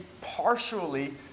partially